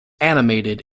animated